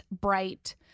bright